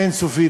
אין-סופית,